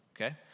Okay